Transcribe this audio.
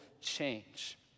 change